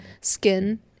skin